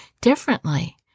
differently